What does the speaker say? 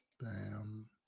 bam